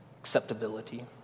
acceptability